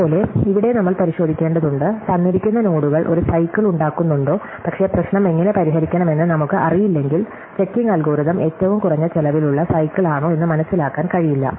അതുപോലെ ഇവിടെ നമ്മൾ പരിശോധിക്കേണ്ടതുണ്ട് തന്നിരിക്കുന്ന നോഡുകൾ ഒരു സൈക്കിൾ ഉണ്ടാക്കുന്നുണ്ടോ പക്ഷേ പ്രശ്നം എങ്ങനെ പരിഹരിക്കണമെന്ന് നമുക്ക് അറിയില്ലെങ്കിൽ ചെക്കിംഗ് അൽഗോരിതം ഏറ്റവും കുറഞ്ഞ ചെലവിലുള്ള സൈക്കിൾ ആണോ എന്ന് മനസിലാക്കാൻ കഴിയില്ല